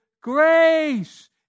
grace